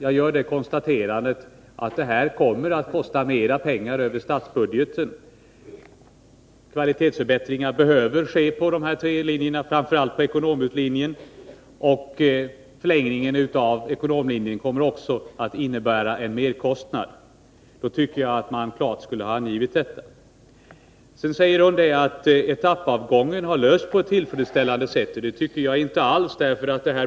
Jag gör det konstaterandet att det kommer att kosta mer pengar över statsbudgeten. Kvalitetsförbättringar behöver ske på dessa tre linjer, framför allt när det gäller ekonomlinjen. Förlängningen av ekonomlinjen kommer också att innebära en merkostnad. Jag tycker att man klart borde ha angivit detta. Vidare säger Iris Mårtensson att frågan om etappavgången har lösts på ett tillfredsställande sätt. Jag tycker inte alls att så är fallet.